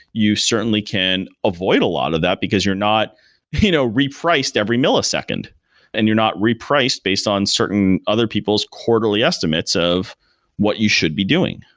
you certainly can avoid a lot of that because you're not you know re-priced every millisecond and you're not re-priced based on other people's quarterly estimates of what you should be doing,